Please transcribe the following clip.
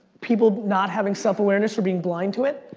people not having self-awareness or being blind to it.